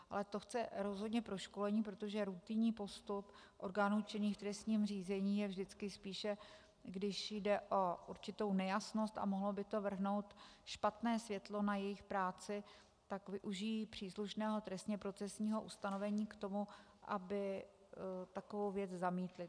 Ale to chce rozhodně proškolení, protože rutinní postup orgánů činných v trestním řízení je vždycky spíše, když jde o určitou nejasnost a mohlo by to vrhnout špatné světlo na jejich práci, tak využijí příslušného trestněprocesního ustanovení k tomu, aby takovou věc zamítly.